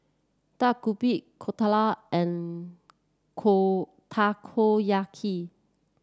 Dak Galbi Dhokla and Takoyaki